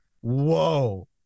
whoa